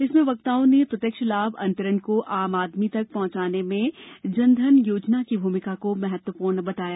इसमें वक्ताओं ने प्रत्यक्ष लाभ अंतरण को आम आदमी तक पहुंचाने में जन धन योजना की भूमिका को महत्वपूर्ण बताया